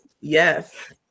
Yes